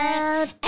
out